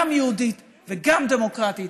גם יהודית וגם דמוקרטית,